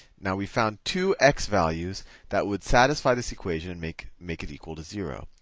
now we found two x values that would satisfy this equation and make make it equal to zero.